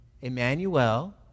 Emmanuel